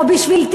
או בשביל,